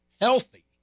healthy